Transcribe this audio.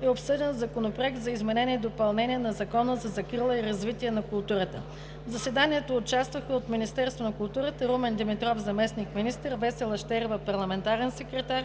беше обсъден Законопроект за изменение и допълнение на Закона за закрила и развитие на културата. В заседанието участваха от Министерството на културата: Румен Димитров – заместник-министър, Весела Щерева – парламентарен секретар,